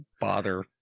bother